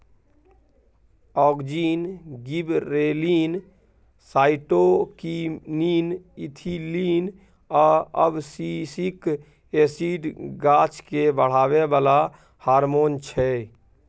auxin, gibberellin, cytokinin, ethylene आ abscisic acid गाछकेँ बढ़ाबै बला हारमोन छै